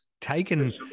taken